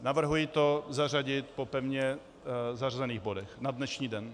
Navrhuji to zařadit po pevně zařazených bodech na dnešní den.